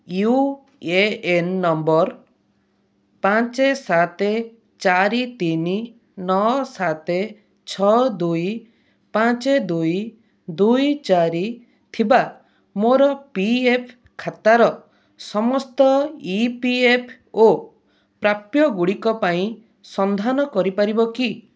you A N number ପାଞ୍ଚ ସାତ ଚାରି ତିନି ନଅ ସାତ ଛଅ ଦୁଇ ପାଞ୍ଚ ଦୁଇ ଦୁଇ ଚାରି ଥିବା ମୋର ପି ଏଫ୍ ଖାତାର ସମସ୍ତ ଇ ପି ଏଫ୍ ଓ ପ୍ରାପ୍ୟ ଗୁଡ଼ିକ ପାଇଁ ସନ୍ଧାନ କରିପାରିବ କି